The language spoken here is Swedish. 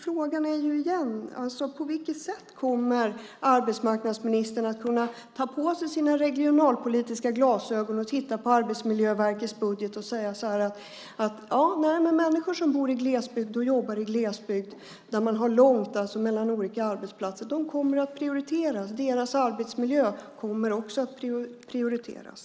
Frågan är återigen: På vilket sätt kommer arbetsmarknadsministern att kunna ta på sig sina regionalpolitiska glasögon och titta på Arbetsmiljöverkets budget och säga att människor som bor i glesbygd och jobbar i glesbygd där man har långt mellan olika arbetsplatser kommer att prioriteras, och deras arbetsmiljö kommer också att prioriteras?